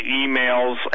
emails